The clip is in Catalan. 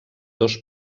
dos